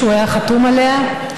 שהוא היה חתום עליה.